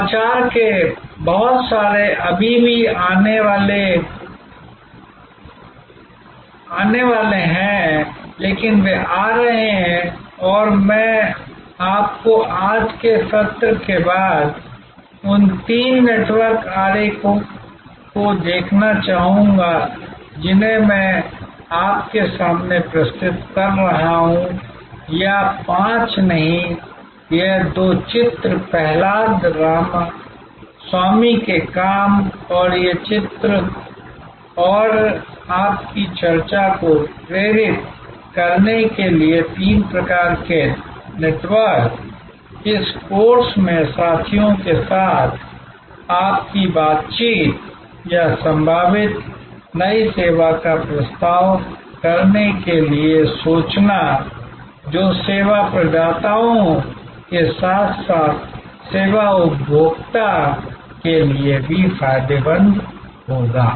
नवाचार के बहुत सारे अभी भी आने वाले हैं लेकिन वे आ रहे हैं और मैं आपको आज के सत्र के बाद उन तीन नेटवर्क आरेखों को देखना चाहूंगा जिन्हें मैं आपके सामने प्रस्तुत कर रहा हूं या पांच नहीं यह दो चित्र प्रहलाद रामास्वामी के काम और ये तीन चित्र और इन आपकी चर्चा को प्रेरित करने के लिए तीन प्रकार के नेटवर्क इस कोर्स में साथियों के साथ आपकी बातचीत या संभावित नई सेवा का प्रस्ताव करने के लिए सोचना जो सेवा प्रदाताओं के साथ साथ सेवा उपभोक्ता के लिए भी फायदेमंद होगा